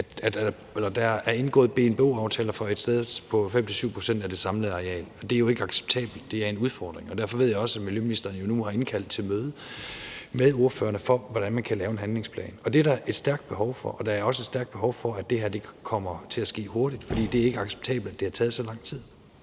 der er indgået BNBO-aftaler for 5-7 pct. af det samlede areal, og det er jo ikke acceptabelt; det er en udfordring. Derfor ved jeg også, at miljøministeren nu har indkaldt til møde med ordførerne for at finde ud af, hvordan man kan lave en handlingsplan. Det er der et stærkt behov for, og der er også et stærkt behov for, at det her kommer til at ske hurtigt, for det er ikke acceptabelt, at det har taget så lang tid.